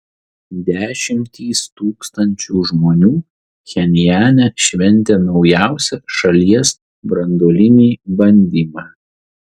dešimtys tūkstančių žmonių pchenjane šventė naujausią šalies branduolinį bandymą